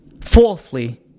falsely